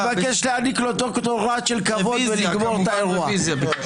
אני מבקש להעניק לו דוקטורט של כבוד ולגמור את האירוע.